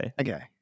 Okay